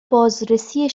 بازرسی